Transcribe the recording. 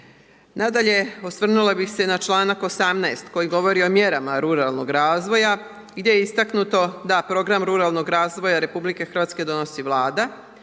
Nadalje, osvrnula bih se na čl. 18. koji govori o mjerama ruralnog razvoja gdje je istaknuto da program ruralnog razvoja RH donosi Vlada.